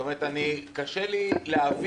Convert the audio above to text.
זאת אומרת, קשה לי להבין